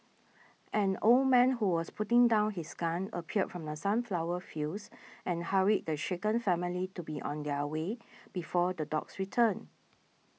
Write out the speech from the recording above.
an old man who was putting down his gun appeared from the sunflower fields and hurried the shaken family to be on their way before the dogs return